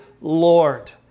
Lord